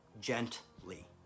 Gently